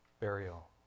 burial